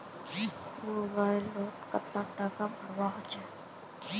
Mobile लोत कतला टाका भरवा होचे?